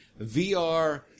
VR